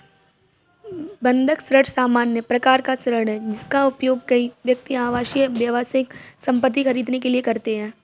बंधक ऋण सामान्य प्रकार का ऋण है, जिसका उपयोग कई व्यक्ति आवासीय, व्यावसायिक संपत्ति खरीदने के लिए करते हैं